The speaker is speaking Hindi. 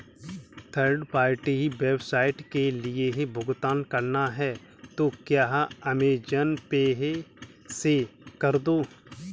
थर्ड पार्टी वेबसाइट के लिए भुगतान करना है तो क्या अमेज़न पे से कर दो